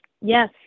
Yes